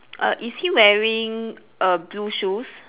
err is he wearing err blue shoes